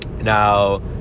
now